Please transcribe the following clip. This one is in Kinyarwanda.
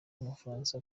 w’umufaransa